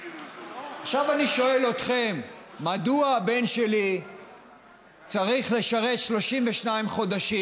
עכשיו אני שואל אתכם: מדוע הבן שלי צריך לשרת 32 חודשים,